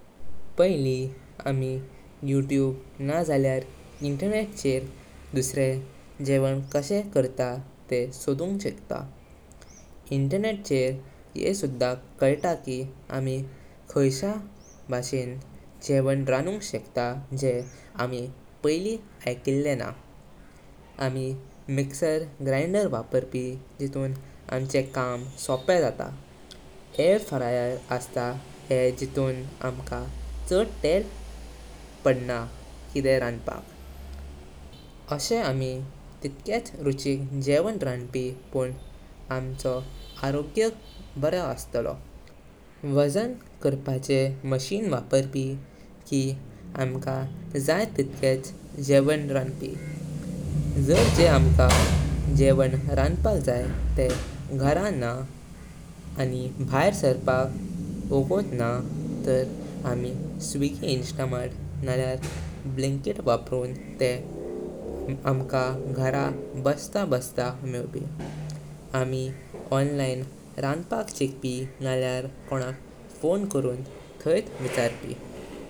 पहिली आमी यूट्यूब नज़ल्यर इंटरनेट खेर दुरसे गेवन कशे करता तेह सोडून शकता। इंटरनेट खेर येह सुद्धा कायतां की आमी खाईच भाषेन गेवन राणूंग शकता जे आमी पयली आयकिले ना। आमी मिक्सर ग्राइंडर वापरपी जेतुं आमचे काम सोपे जातां। एअर फ्रायर असतां हें घट्टां आमका चड तेल जाई पड़ना किदें राणपाक, अशे आमी तितकेच रुचिक गेवन राणू पी पण आमचो आरोग्य बारो अस्तालो। वजन काडपाचे मशीन वापरपी की आमका जाय तितकेच गेवन राणपाक। जर जे आमका गेवन राणपाक जाय तेह घरा ना आनी भायर सारपाक उगोत ना तार आमी स्विग्गी इंस्टामार्ट नाल्यार ब्लिंकिट वापरून तेह आमका घरा बसता बसता मेवपी। आमी ऑनलाइन राणपाक शिकपी नाल्यार कॉंक फोन करून थायत विचारपी।